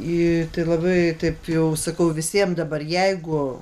į tai labai taip jau sakau visiem dabar jeigu